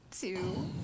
two